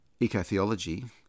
ecotheology